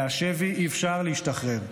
מהשבי אי-אפשר להשתחרר.